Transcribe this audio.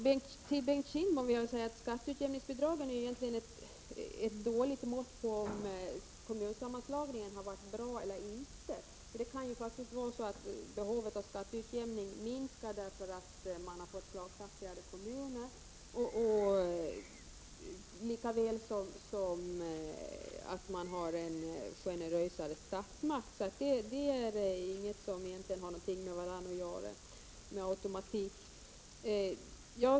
Till Bengt Kindbom vill jag säga att skatteutjämningsbidragen ju egentligen är ett dåligt mått på om kommunsammanslagningen har varit bra eller inte. Det kan ju faktiskt vara så att behovet av skatteutjämning minskar därför att man har fått slagkraftigare kommuner lika väl som att man har en generösare statsmakt. Det är faktorer som med automatik inte har med varandra att göra.